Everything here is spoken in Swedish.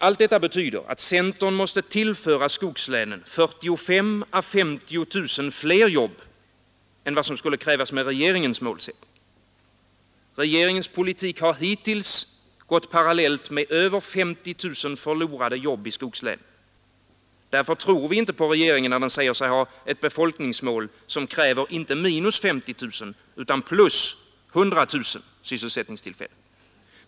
Allt detta betyder att centern måste tillföra skogslänen 45 000 å 50 000 fler jobb än vad som skulle krävas med regeringens målsättning Regeringens politik har hittills gått parallellt med över 50 000 förlorade jobb i skogslänen. Därför tror vi inte på regeringen, när den säger sig ha ett befolkningsmål som kräver inte minus 50 000 utan plus 100 000 sysselsättningstillfällen.